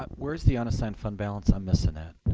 but where's the unassigned fund balance. i'm missing it.